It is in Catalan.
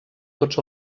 tots